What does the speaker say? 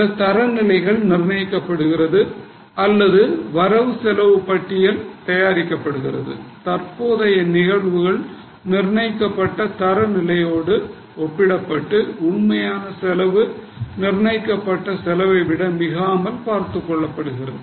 சில தரநிலைகள் நிர்ணயிக்கப்படுகிறது அல்லது வரவு செலவு பட்டியல் தற்போதைய நிகழ்வுகள் நிர்ணயிக்கப்பட்ட தரநிலைகளோடு ஒப்பிடப்பட்டு உண்மையான செலவு நிர்ணயிக்கப்பட்ட செலவைவிட மிகாமல் பார்த்துக் கொள்ள வேண்டும்